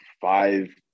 five